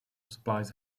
supplies